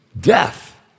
Death